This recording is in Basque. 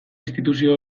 instituzio